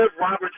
Robert